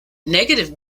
negative